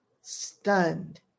Stunned